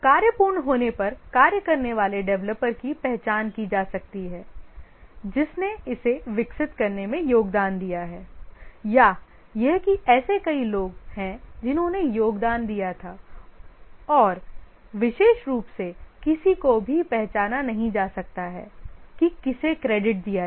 कार्य पूर्ण होने पर कार्य करने वाले डेवलपर की पहचान की जा सकती है जिसने इसे विकसित करने में योगदान दिया है या यह कि ऐसे कई लोग हैं जिन्होंने योगदान दिया था और विशेष रूप से किसी को भी पहचाना नहीं जा सकता है कि किसे क्रेडिट दिया जाए